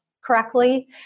correctly